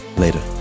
Later